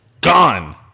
gone